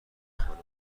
خانه